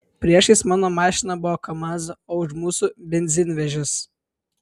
priešais mano mašiną buvo kamaz o už mūsų benzinvežis